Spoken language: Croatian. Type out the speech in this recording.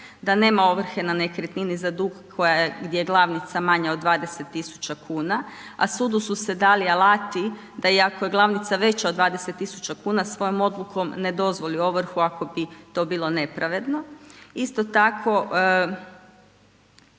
da nema ovrhe na nekretnini za dug gdje je glavnica manja od 20 tisuća kuna, a sudu su se dali alati da i ako je glavnica veća od 20 tisuća kuna svojom odlukom ne dozvoli ovrhu ako bi to bilo nepravedno. Isto tako